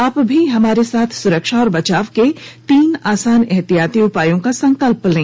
आप भी हमारे साथ सुरक्षा और बचाव के तीन आसान एहतियाती उपायों का संकल्प लें